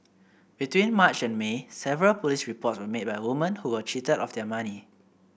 between March and May several police reports were made by woman who were cheated of their money